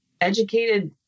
educated